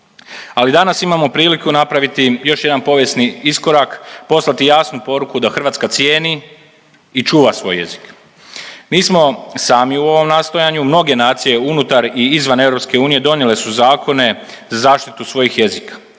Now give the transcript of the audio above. Ali danas imamo priliku napraviti još jedan povijesni iskorak poslati jasnu poruku da Hrvatska cijeni i čuva svoj jezik. Nismo sami u ovom nastojanju. Mnoge nacije unutar i izvan EU donijele su zakone za zaštitu svojih jezika